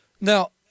now